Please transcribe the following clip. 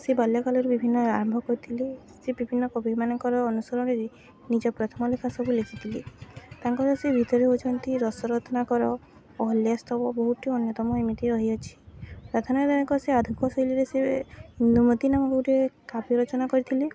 ସେ ବାଲ୍ୟକାଳରୁ ବିଭିନ୍ନ ଆରମ୍ଭ କରିଥିଲେ ସେ ବିଭିନ୍ନ କବିମାନଙ୍କର ଅନୁସରଣରେ ନିଜ ପ୍ରଥମ ଲେଖା ସବୁ ଲେଖିଥିଲେ ତାଙ୍କର ସେ ଭିତରେ ହଉଛନ୍ତି ରସରତ୍ନାକର ଅହଲ୍ୟା ସ୍ତବ ବହୁତି ଅନ୍ୟତମ ଏମିତି ରହିଅଛି ପ୍ରାର୍ଥନା ନାୟକ ସିଏ ଆଧୁନିକଶୈଳୀରେ ସିଏ ଇନ୍ଦୁମତୀ ନାମ ଗୋଟେ କାବ୍ୟ ରଚନା କରିଥିଲେ